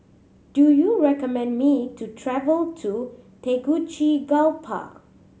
do you recommend me to travel to Tegucigalpa